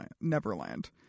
Neverland